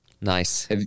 nice